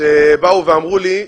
שבאו ואמרו לי,